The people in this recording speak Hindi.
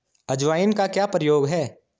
अजवाइन का क्या प्रयोग है?